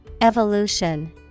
evolution